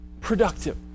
Productive